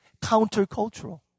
countercultural